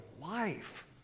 life